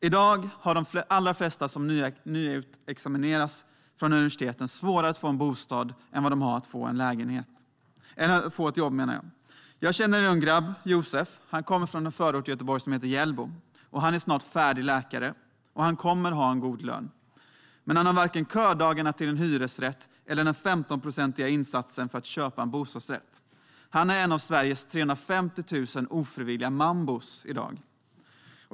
I dag har de allra flesta som nyutexamineras från universiteten svårare att få en bostad än att få ett jobb. Jag känner en ung grabb, Josef. Han kommer från en förort till Göteborg som heter Hjällbo. Han är snart färdig läkare. Han kommer att få en god lön. Men han har varken ködagarna till en hyresrätt eller den 15-procentiga insatsen för att köpa en bostadsrätt. Han är en av Sveriges 350 000 ofrivilliga mambor i dag.